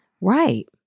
Right